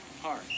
Hard